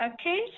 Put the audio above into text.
Okay